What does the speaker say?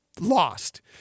Lost